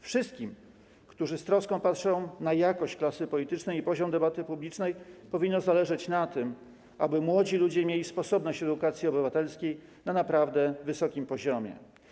Wszystkim, którzy z troską patrzą na jakość klasy politycznej i poziom debaty publicznej, powinno zależeć na tym, aby młodzi ludzi mieli sposobność edukacji obywatelskiej na naprawdę wysokim poziomie.